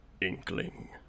inkling